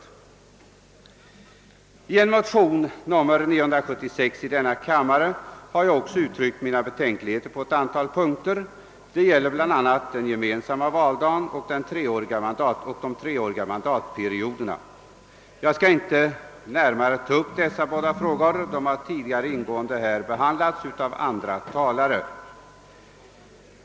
I motionen II: 976 har jag också ut tryckt mina betänkligheter på ett antal punkter, bl.a. beträffande den gemensamma valdagen och de treåriga mandatperioderna. Jag skall inte närmare ta upp dessa båda frågor; de har tidigare ingående behandlats av andra talare.